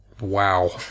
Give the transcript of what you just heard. wow